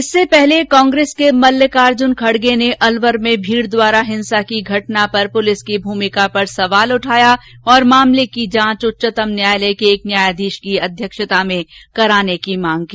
इससे पहले कांग्रेस के मल्लिकार्जुन खड़गे ने अलवर में भीड़ द्वारा हिंसा की घटना पर पुलिस की भूमिका पर सवाल उठाया और मामले की जांच उच्चतम न्यायालय के एक न्यायाधीश की अध्यक्षता में कराने की मांग की